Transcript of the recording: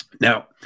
now